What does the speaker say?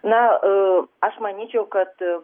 na aš manyčiau kad